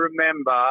remember